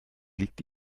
liegt